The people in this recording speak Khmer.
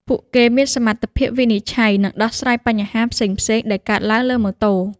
ពួកគេមានសមត្ថភាពវិនិច្ឆ័យនិងដោះស្រាយបញ្ហាផ្សេងៗដែលកើតឡើងលើម៉ូតូ។